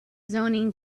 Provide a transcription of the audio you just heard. zoning